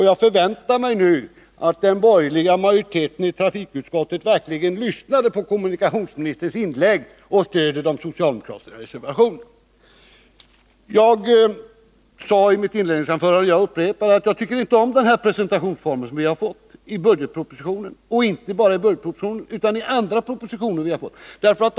Jag förväntar mig nu att den borgerliga majoriteten i trafikutskottet verkligen lyssnat på kommunikationsministerns inlägg och stödjer de socialdemokratiska reservationerna. Jag sade i mitt inledningsanförande — och jag upprepar det — att jag inte tycker om formen för presentationen i budgetpropositionen och inte bara i den utan också i andra propositioner som vi har fått.